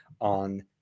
on